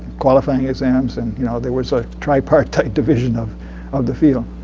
qualifying exams and you know there was a tripartite division of of the field.